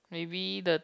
maybe the